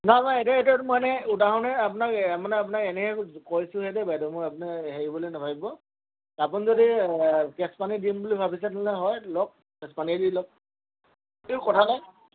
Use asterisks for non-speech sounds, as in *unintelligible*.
নাই নাই একো কথা নাই এইটো মই এনেই উদাহৰণহে আপোনাক মানে আপোনাক এনেহে কৈছোঁ সেই বাইদেউ মই আপুনি হেৰিবুলি নাভাবিব আপুনি যদি কেচ *unintelligible* দিম বুলি ভাবিছে তেনেহ'লে হয় লওক কেচ *unintelligible*